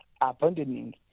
abandoning